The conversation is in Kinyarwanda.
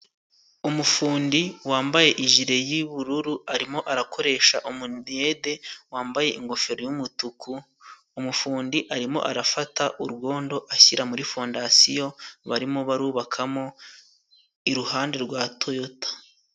Umufundi wambaye ijile y'ubururu arimo arakoresha umudiyede wambaye ingofero yumutuku. Umufundi arimo arafata urwondo ashyira muri fondasiyo barimo barubakamo iruhande rwa toyota.